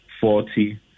forty